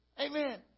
Amen